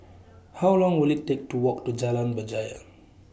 How Long Will IT Take to Walk to Jalan Berjaya